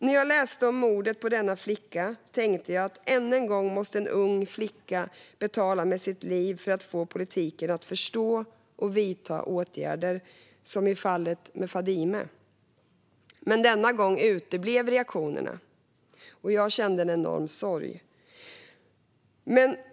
När jag läste om mordet på denna flicka tänkte jag att än en gång måste en ung flicka betala med sitt liv för att få politiken att förstå och vidta åtgärder, som i fallet med Fadime. Men denna gång uteblev reaktionerna, och jag kände en enorm sorg.